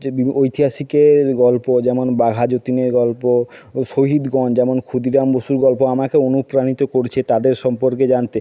যে বিভিন্ন ঐতিহাসিকের গল্প যেমন বাঘাযতীনের গল্প ও শহীদগন যেমন ক্ষুদিরাম বসুর গল্প আমাকে অনুপ্রাণিত করছে তাদের সম্পর্কে জানতে